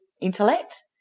intellect